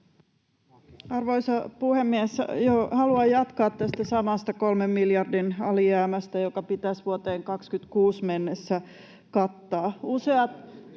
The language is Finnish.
Arvoisa puhemies! Haluan jatkaa tästä samasta kolmen miljardin alijäämästä, joka pitäisi vuoteen 26 mennessä kattaa.